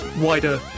wider